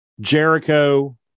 Jericho